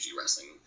wrestling